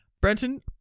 Brenton